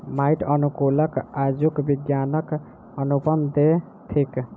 माइट अनुकूलक आजुक विज्ञानक अनुपम देन थिक